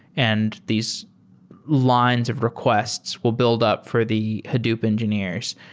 and these lines of requests will build up for the hadoop engineers.